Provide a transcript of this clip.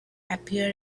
appear